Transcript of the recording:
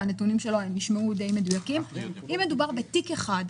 והנתונים שלו נשמעו די מדויקים אם מדובר בתיק אחד,